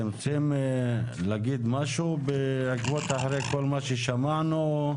אתם רוצים להגיד משהו אחרי כל מה ששמענו?